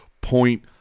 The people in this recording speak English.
point